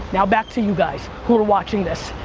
now, back to you guys, who are watching this.